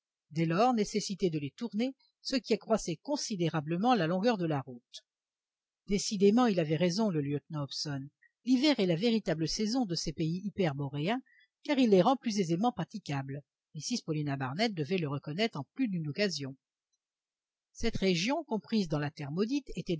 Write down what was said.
dès lors nécessité de les tourner ce qui accroissait considérablement la longueur de la route décidément il avait raison le lieutenant hobson l'hiver est la véritable saison de ces pays hyperboréens car il les rend plus aisément praticables mrs paulina barnett devait le reconnaître en plus d'une occasion cette région comprise dans la terre maudite